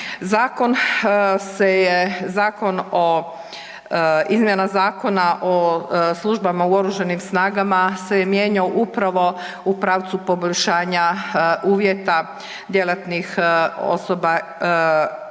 zakon o, izmjena Zakona o službama u oružanim snagama se je mijenjao upravo u pravcu poboljšanja uvjeta djelatnih osoba i to